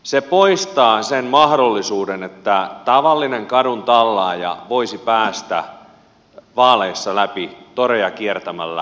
se poistaa sen mahdollisuuden että tavallinen kaduntallaaja voisi päästä vaaleissa läpi toreja kiertämällä pienellä budjetilla